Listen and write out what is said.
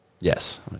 yes